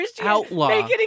outlaw